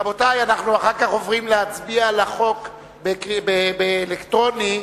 אנחנו אחר כך עוברים להצביע על החוק בהצבעה אלקטרונית,